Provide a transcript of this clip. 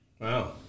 Wow